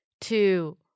two